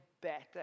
better